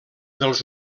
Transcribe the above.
dels